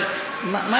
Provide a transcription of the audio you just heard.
אבל מה